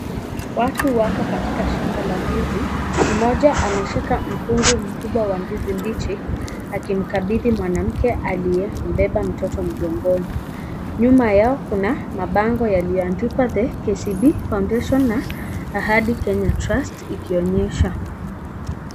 Watu wako katika shamba la ndizi. Mmoja ameshika mkungu mkubwa wa ndizi mbichi akimkabidhi mwanamke aliyembeba mtoto mgongoni. Nyuma yao kuna mabango yaliyoandikwa the KCB Foundation na Ahadi Kenya Trust ikionyesha.